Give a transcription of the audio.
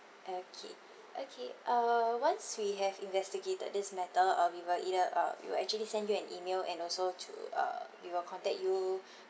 okay okay err once we have investigated this matter um we will either uh we will actually send you an email and also to uh we will contact you